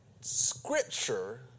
Scripture